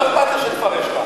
לא אכפת לי שתפרש ככה.